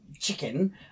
chicken